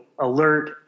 alert